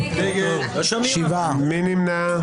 מי נמנע?